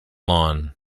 lawn